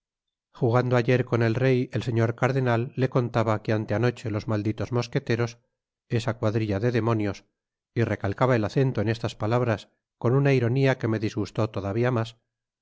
jugando ayer con el rey el señor cardenal le contaba que anteanoche los malditos mosqueteros esa cuadrilla de demonios y recalcaba el acento en estas palabras con una ironia que me disgustó todavia mas